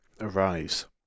arise